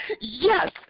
Yes